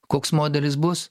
koks modelis bus